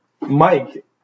Mike